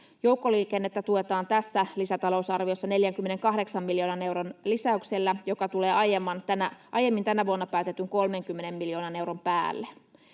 Joukkoliikennettä tuetaan tässä lisätalousarviossa 48 miljoonan euron lisäyksellä, joka tulee aiemmin tänä vuonna päätetyn 30 miljoonan euron päälle.